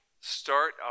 start